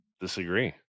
disagree